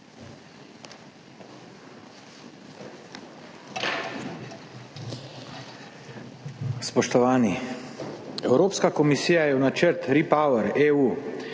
Spoštovani! Evropska komisija je v načrt REPowerEU